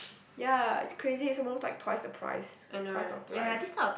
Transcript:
ya it's crazy some more is like twice the price twice or thrice